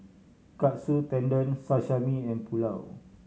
Katsu Tendon Sashimi and Pulao